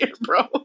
bro